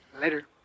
Later